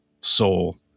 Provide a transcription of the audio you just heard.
soul